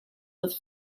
with